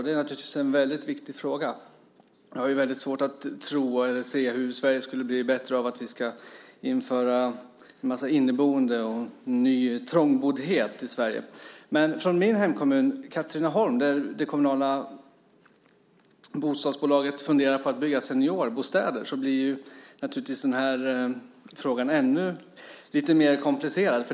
Det är naturligtvis en viktig fråga, och jag har väldigt svårt att se hur Sverige ska bli bättre av att vi inför en mängd inneboende och en ny trångboddhet i landet. Men i min hemkommun Katrineholm, där det kommunala bostadsbolaget funderar på att bygga seniorbostäder, blir den här frågan naturligtvis ännu mer komplicerad.